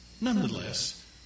Nonetheless